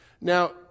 Now